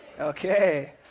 Okay